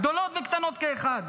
גדולות וקטנות כאחד,